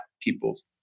people's